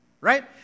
Right